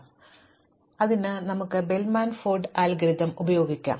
പ്രത്യേകിച്ച് നമുക്ക് Bellman Ford algorithm നോക്കാം